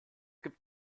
gibt